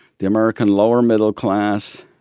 the american lower-middle-class,